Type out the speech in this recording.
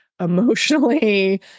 emotionally